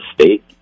state